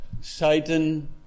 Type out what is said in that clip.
Satan